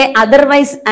otherwise